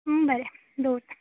बरें दोवरता